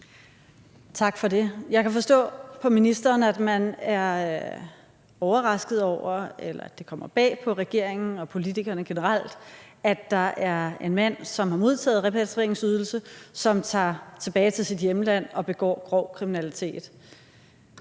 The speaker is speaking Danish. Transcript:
Tak for det. Jeg kan forstå på ministeren, at man er overrasket over, eller at det kommer bag på regeringen og politikerne generelt, at der er en mand, der har modtaget repatrieringsydelse, som tager tilbage til sit hjemland og begår grov kriminalitet.